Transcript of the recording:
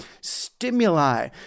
stimuli